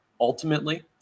ultimately